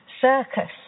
circus